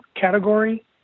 category